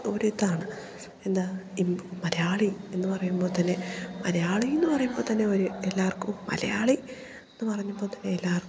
ഒരു ഇതാണ് എന്താണ് ഇ മലയാളി എന്ന് പറയുമ്പോൾ തന്നെ മലയാളി എന്നു പറയുമ്പോൾ തന്നെ ഒരു എല്ലാവർക്കും മലയാളി എന്നു പറഞ്ഞപ്പോൾ തന്നെ എല്ലാവർക്കും